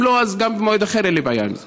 אם לא, גם במועד אחר אין לי בעיה עם זה.